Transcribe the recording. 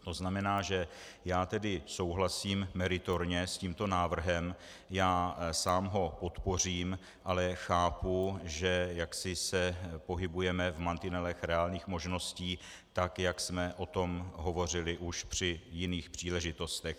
To znamená, že já tedy souhlasím meritorně s tímto návrhem, já sám ho podpořím, ale chápu, že jaksi se pohybujeme v mantinelech reálných možností tak, jak jsme o tom hovořili už při jiných příležitostech.